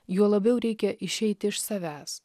juo labiau reikia išeiti iš savęs